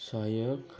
सहयोग